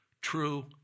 true